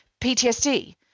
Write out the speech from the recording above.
PTSD